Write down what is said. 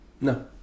No